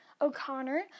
O'Connor